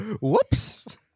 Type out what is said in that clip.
Whoops